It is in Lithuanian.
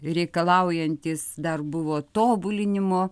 reikalaujantys dar buvo tobulinimo